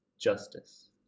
justice